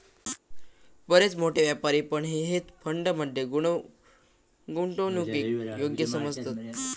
बरेच मोठे व्यापारी पण हेज फंड मध्ये गुंतवणूकीक योग्य समजतत